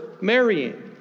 marrying